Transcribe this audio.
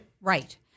right